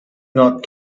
not